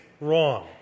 wrong